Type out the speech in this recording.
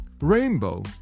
Rainbow